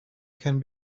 can